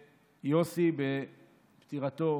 יוסי, בפטירתו